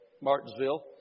Martinsville